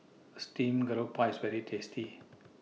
Steamed Garoupa IS very tasty